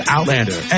Outlander